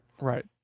Right